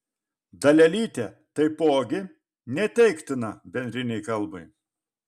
dalelytė taipogi neteiktina bendrinei kalbai